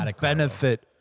benefit